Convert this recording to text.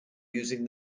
using